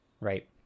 right